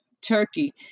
turkey